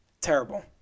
Terrible